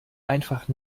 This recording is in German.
einfach